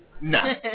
No